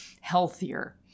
healthier